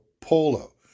Polo